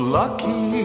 lucky